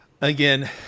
Again